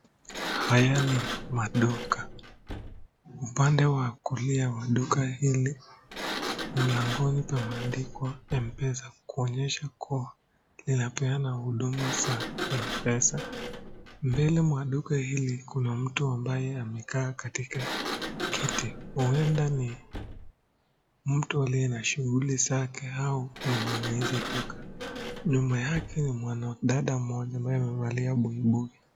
Haya ni maduka. Upande wa kulia wa duka hili, mlangoni pana andikwa M-Pesa kuonyesha kuwa linapeana huduma za M-Pesa. Mbele mwa duka hili kuna mtu ambaye amekaa katika kiti. Huenda ni mtu aliye na shughuli zake au ni mwenyeji duka. Nyuma yake ni mwanadada mmoja ambaye amevalia buibui.